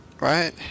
Right